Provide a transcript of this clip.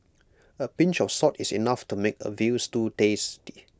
A pinch of salt is enough to make A Veal Stew tasty